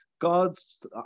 God's